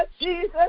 Jesus